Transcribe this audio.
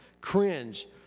cringe